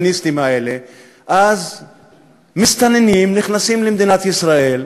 אז מסתננים נכנסים למדינת ישראל,